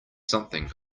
something